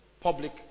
Public